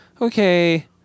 okay